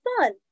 fun